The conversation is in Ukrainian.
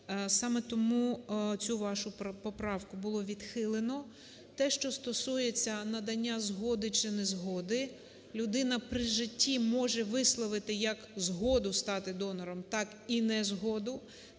саме тому цю вашу поправку було відхилено. Те, що стосується надання згоди чи не згоди, людина при житті може висловити як згоду стати донором так і не згоду,